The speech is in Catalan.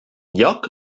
lloc